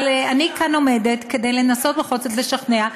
אבל אני עומדת כאן כדי לנסות בכל זאת לשכנע.